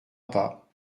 pas